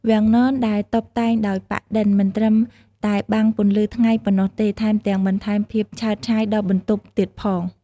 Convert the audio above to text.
វាំងននដែលតុបតែងដោយប៉ាក់-ឌិន មិនត្រឹមតែបាំងពន្លឺថ្ងៃប៉ុណ្ណោះទេ ថែមទាំងបន្ថែមភាពឆើតឆាយដល់បន្ទប់ទៀតផង។